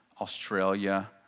Australia